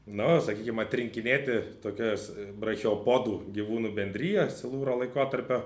no sakykim atrinkinėti tokias brachiopodų gyvūnų bendriją silūro laikotarpio